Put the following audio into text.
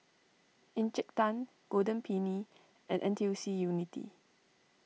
Encik Tan Golden Peony and N T U C Unity